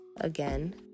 again